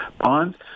Bonds